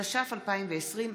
התש"ף 2020,